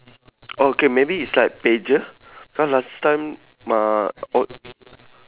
oh okay maybe is like pager cause last time my oh